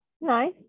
Nice